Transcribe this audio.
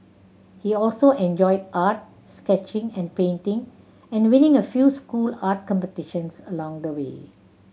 he also enjoyed art sketching and painting and winning a few school art competitions along the way